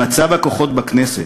במצב הכוחות בכנסת,